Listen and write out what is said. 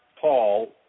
Paul